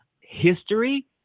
history